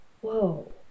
whoa